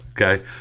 Okay